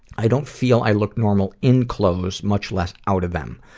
i don't feel i look normal in clothes, much less out of them.